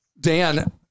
Dan